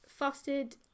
fostered